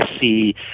see